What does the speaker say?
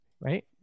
Right